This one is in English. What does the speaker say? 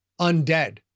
Undead